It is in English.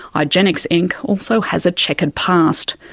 igenex inc also has a chequered past.